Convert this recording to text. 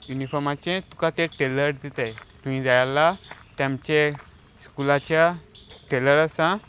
युनिफॉर्माचे तुका ते टेलर दितात तुवें जाय जाल्यार तांचे स्कुलाच्या टेलर आसा